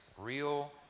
real